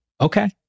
Okay